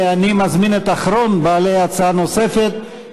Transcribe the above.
ואני מזמין את אחרון בעלי ההצעה הנוספת,